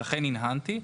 ולכן הנהנתי,